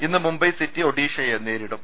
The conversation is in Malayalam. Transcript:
ഇന്ന് മുംബൈ സിറ്റി ഒഡീഷയെ നേരിടും